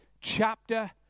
chapter